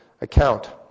account